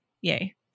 yay